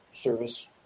service